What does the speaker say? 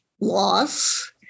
loss